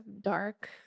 dark